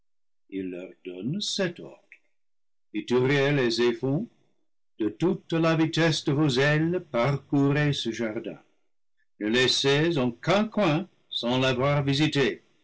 et zéphon de toute la vitesse de vos ailes par courez ce jardin ne laissez aucun coin sans l'avoir visité